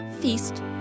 Feast